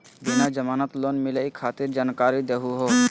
बिना जमानत लोन मिलई खातिर जानकारी दहु हो?